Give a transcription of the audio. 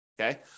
Okay